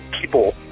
people